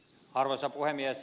arvoisa puhemies